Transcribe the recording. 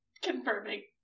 confirming